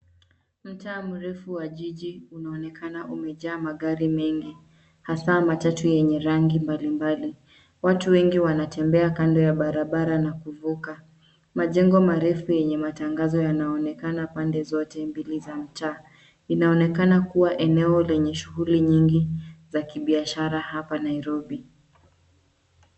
Mtaa mrefu wa jiji unaonekana umejaa magari mengi hasa matatu yenye rangi mbalimbali. Watu wengi wanatembea kando ya barabara na kuvuka. Majengo marefu yenye matangazo yanaonekana pande zote mbili za mtaa. Inaonekana kuwa eneo lenye shuguli nyingi za kibiashara hapa Nairobi.